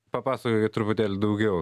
papasakokit truputėlį daugiau